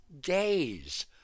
days